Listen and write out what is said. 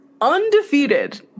Undefeated